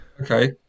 Okay